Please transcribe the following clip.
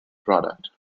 product